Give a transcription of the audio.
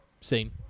seen